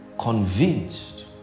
convinced